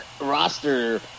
roster